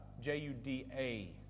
J-U-D-A